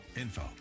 info